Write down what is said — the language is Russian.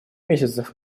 месяцев